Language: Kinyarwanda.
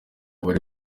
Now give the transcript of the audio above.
bari